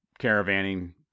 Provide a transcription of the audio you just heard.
caravanning